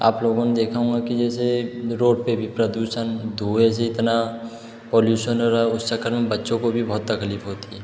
आप लोगों ने देखा होगा कि जैसे रोड पे भी प्रदूषण धुएं से इतना पौल्यूशन और उस चक्कर में बच्चों को भी बहुत तकलीफ होती है